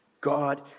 God